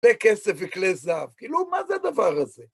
בכלי כסף וכלי זהב. כאילו, מה זה הדבר הזה?